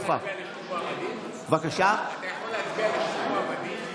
אתה יכול להצביע לשני מועמדים?